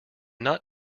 not